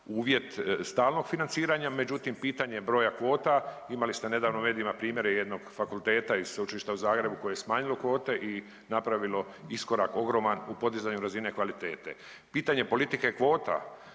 uvjet stalnog financiranja. Međutim, pitanje broja kvota imali ste nedavno u medijima primjere jednog fakulteta i sveučilišta u Zagrebu koje je smanjilo kvote i napravilo iskorak ogroman u podizanju razine kvalitete. Pitanje politike kvota